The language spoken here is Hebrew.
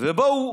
ובו הוא